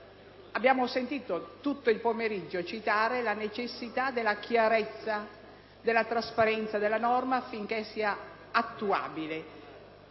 Abbiamo sentito, tutto il pomeriggio, citare la necessità della chiarezza e della trasparenza della normativa affinché questa sia attuabile.